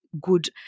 good